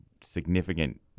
significant